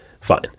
fine